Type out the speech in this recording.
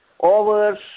Over